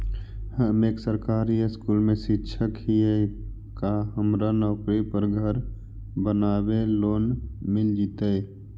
हम एक सरकारी स्कूल में शिक्षक हियै का हमरा नौकरी पर घर बनाबे लोन मिल जितै?